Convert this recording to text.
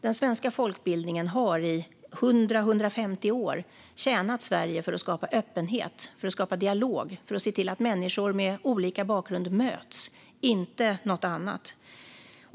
Den svenska folkbildningen har i 100-150 år tjänat Sverige för att skapa öppenhet och dialog och för att se till att människor med olika bakgrund möts - inte något annat.